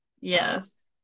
Yes